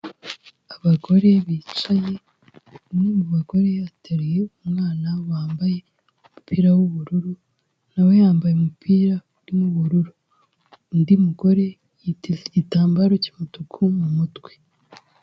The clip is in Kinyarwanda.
Abagore bicaye umwe mu bagore ateruye umwana wambaye umupira w'ubururu, nawe yambaye umupira urimo ubururu, undi mugore yiteze igitambaro cy'umutuku mu mutwe.